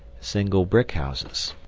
single brick houses